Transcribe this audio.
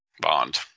Bond